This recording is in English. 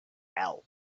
help